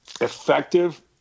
effective